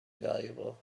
valuable